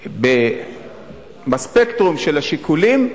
שבספקטרום של השיקולים,